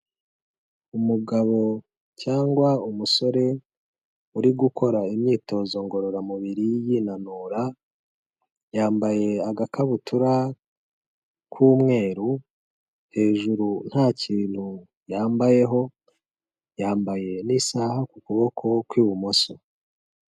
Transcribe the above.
Umugabo cyangwa umusore uri gukora imyitozo ngororamubiri yinanura, yambaye agakabutura k'umweru, hejuru nta kintu yambayeho, yambaye n'isaha ku kuboko kw'ibumoso.